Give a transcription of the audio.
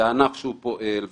ענף שפועל,